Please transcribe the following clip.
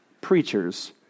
preachers